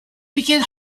begin